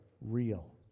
real